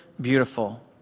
beautiful